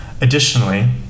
Additionally